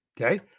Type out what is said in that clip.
Okay